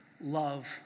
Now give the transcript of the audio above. love